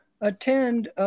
attend